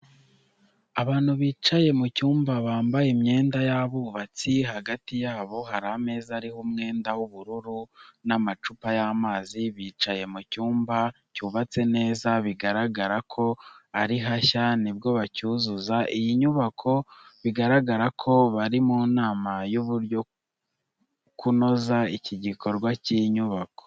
Abantu bicaye mu cyumba bambaye imyenda y'abubatsi, hagati yabo hari ameza ariho umwenda w'ubururu n'amacupa y'amazi, bicaye mu cyumba cyubatse neza bigaragara ko ari hashya nibwo bacyuzuza iyi nyubako biragaragara ko bari mu nama y'uburyo kunoza iki gikorwa cy'iyi nyubako.